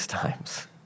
times